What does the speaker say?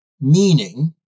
meaning